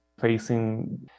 facing